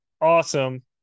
awesome